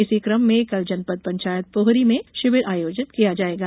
इसी क्रम में कल जनपद पंचायत पोहरी में शिविर आयोजित किया जाएगा